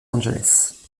angeles